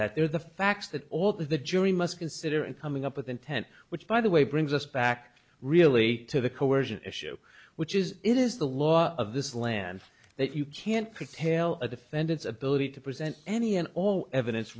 that there are the facts that all the jury must consider and coming up with intent which by the way brings us back really to the coersion issue which is it is the law of this land that you can't patella defendants ability to present any and all evidence